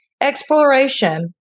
Exploration